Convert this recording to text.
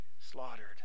slaughtered